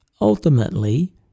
Ultimately